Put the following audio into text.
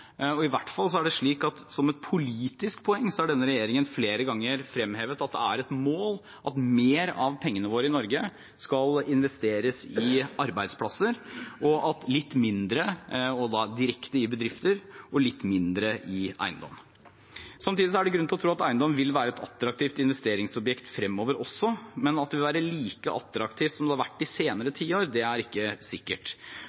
i eiendom. I hvert fall er det slik at denne regjeringen – som et politisk poeng – flere ganger har fremhevet at det er et mål at mer av pengene våre i Norge skal investeres i arbeidsplasser – og da direkte i bedrifter og litt mindre i eiendom. Samtidig er det grunn til å tro at eiendom vil være et attraktivt investeringsobjekt fremover også, men at det vil være like attraktivt som det har vært de